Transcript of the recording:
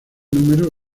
número